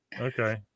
Okay